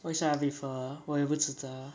which would I prefer 我也不知道